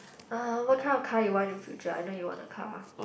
uh what kind of car you want in future I know you want a car